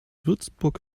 würzburg